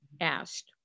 asked